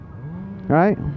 right